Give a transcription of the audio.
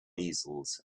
easels